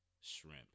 shrimp